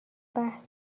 بحث